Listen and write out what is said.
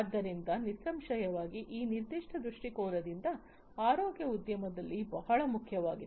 ಆದ್ದರಿಂದ ನಿಸ್ಸಂಶಯವಾಗಿ ಈ ನಿರ್ದಿಷ್ಟ ದೃಷ್ಟಿಕೋನದಿಂದ ಆರೋಗ್ಯ ಉದ್ಯಮದಲ್ಲಿ ಬಹಳ ಮುಖ್ಯವಾಗಿದೆ